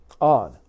on